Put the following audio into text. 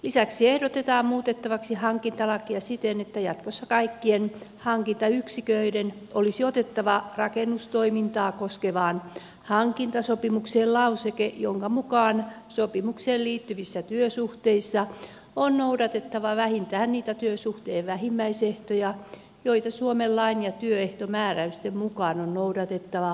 lisäksi ehdotetaan muutettavaksi hankintalakia siten että jatkossa kaikkien hankintayksiköiden olisi otettava rakennustoimintaa koskevaan hankintasopimukseen lauseke jonka mukaan sopimukseen liittyvissä työsuhteissa on noudatettava vähintään niitä työsuhteen vähimmäisehtoja joita suomen lain ja työehtomääräysten mukaan on noudatettava samanlaatuisessa työssä